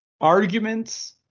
arguments